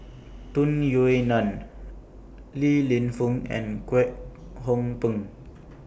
Tung Yue Nang Li Lienfung and Kwek Hong Png